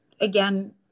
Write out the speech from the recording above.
again